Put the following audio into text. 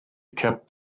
kept